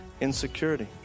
Insecurity